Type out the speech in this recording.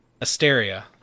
Asteria